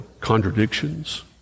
contradictions